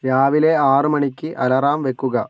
രാവിലേ ആറു മണിക്ക് അലറാം വെക്കുക